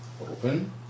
Open